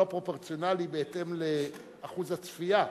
לא פרופורציונלי בהתאם לאחוז הצפייה,